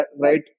right